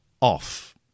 off